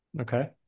Okay